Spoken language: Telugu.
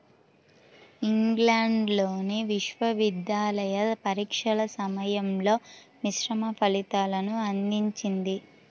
ఇంగ్లాండ్లోని విశ్వవిద్యాలయ పరీక్షల సమయంలో మిశ్రమ ఫలితాలను అందించింది